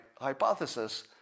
hypothesis